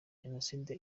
jenoside